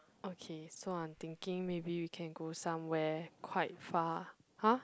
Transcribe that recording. okay so I'm thinking maybe we can go somewhere quite far !huh!